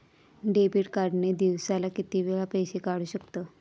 Debit card ने दिवसाला किती वेळा पैसे काढू शकतव?